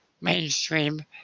mainstream